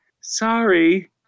sorry